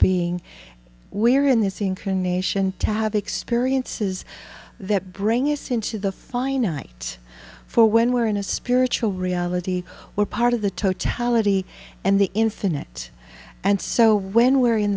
being we are in this inclination to have experiences that bring us into the finite for when we're in a spiritual reality or part of the totality and the infinite and so when we're in